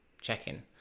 check-in